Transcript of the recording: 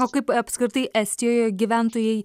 o kaip apskritai estijoje gyventojai